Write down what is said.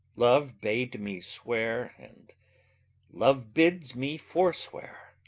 love bade me swear, and love bids me forswear.